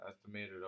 estimated